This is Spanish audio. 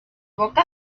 boca